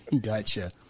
Gotcha